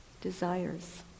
desires